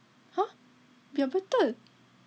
!huh! biar betul